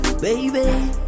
baby